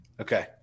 Okay